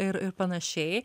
ir ir panašiai